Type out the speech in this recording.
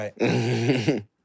Right